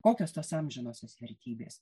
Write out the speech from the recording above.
kokios tos amžinosios vertybės